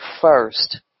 first